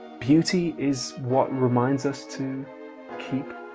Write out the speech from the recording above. beauty is what reminds us to keep